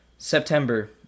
September